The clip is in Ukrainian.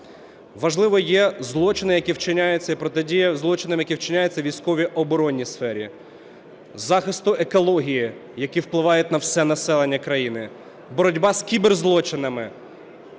протидія злочинам, які вчиняються у військовій, оборонній сфері, захисту екології, які впливають на все населення країни, боротьба з кіберзлочинами